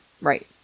Right